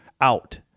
out